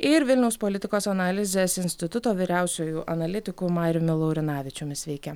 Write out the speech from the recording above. ir vilniaus politikos analizės instituto vyriausiuoju analitiku mariumi laurinavičiumi sveiki